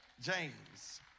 James